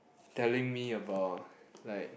telling me about like